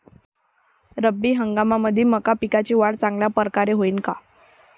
रब्बी हंगामामंदी मका पिकाची वाढ चांगल्या परकारे होईन का?